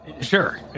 Sure